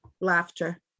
laughter